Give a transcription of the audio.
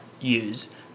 use